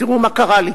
ותראו מה קרה לי.